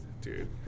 Dude